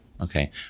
Okay